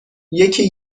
یکی